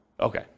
Okay